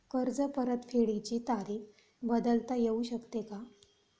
कर्ज परतफेडीची तारीख बदलता येऊ शकते का?